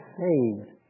saved